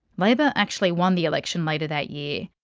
labor actually won the election later that year.